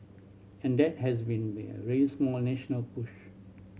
and that has been a national push